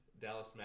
Dallas